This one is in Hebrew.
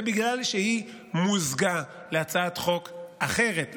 היא בגלל שהיא מוזגה עם הצעת חוק אחרת,